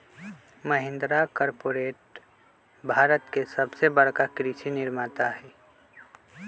Mahindra corporate Bharat के सबसे बड़का कृषि निर्माता हई